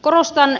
korostan